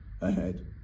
ahead